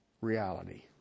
reality